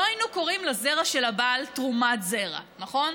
לא היינו קוראים לזרע של הבעל תרומת זרע, נכון?